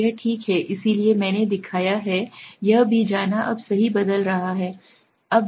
तो यह ठीक है इसलिए मैंने दिखाया है यह भी जाना अब सही बदल रहा है